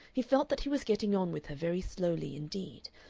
he felt that he was getting on with her very slowly indeed,